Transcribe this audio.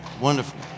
wonderful